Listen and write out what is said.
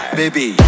baby